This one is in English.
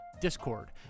discord